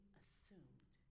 assumed